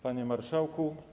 Panie Marszałku!